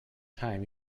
time